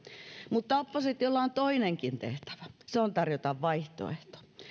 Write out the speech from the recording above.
mutta oppositiolla on toinenkin tehtävä se on tarjota vaihtoehto